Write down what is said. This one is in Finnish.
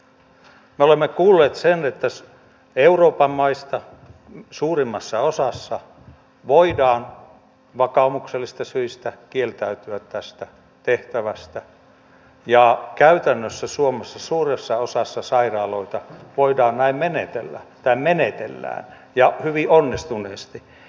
me olemme kuulleet sen että euroopan maista suurimmassa osassa voidaan vakaumuksellisista syistä kieltäytyä tästä tehtävästä ja käytännössä suomessa suuressa osassa sairaaloita näin menetellään ja hyvin onnistuneesti